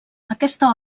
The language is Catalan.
aquesta